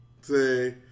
Say